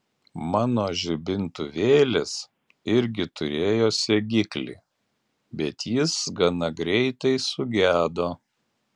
mano žibintuvėlis irgi turėjo segiklį bet jis gana greitai sugedo